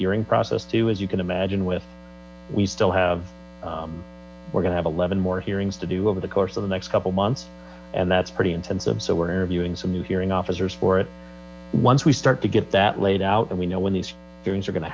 hearing process too as you can imagine with we still have we're going to have eleven more hearings to do over the course of the next couple months and that's pretty intensive so we're interviewing some new hearing officers for it once we start to get that laid out and we know when these hearings are going to